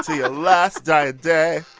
ah your last dying day